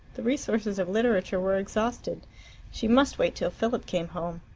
the resources of literature were exhausted she must wait till philip came home.